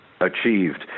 achieved